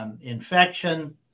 infection